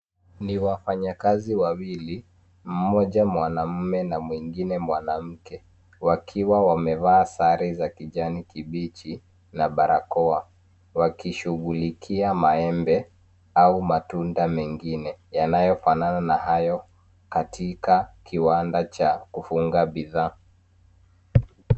Ni wafanyakazi wawili mmoja mwanaume na mwingine mwanamke wakiwa wamevaa sare za kijani kibichi na barakoa wakishughulikia maembe au matunda mengine yanayofanana na hayo katika kiwanda cha kufunga bidhaa.